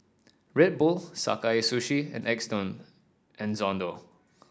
Red Bull Sakae Sushi and X done